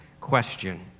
question